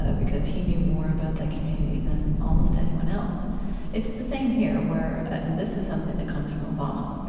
ah because he knew more about that community than almost anyone else it's the same here where this is something that comes from obama.